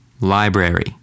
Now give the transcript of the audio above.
library